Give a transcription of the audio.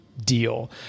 Deal